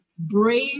brave